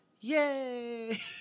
Yay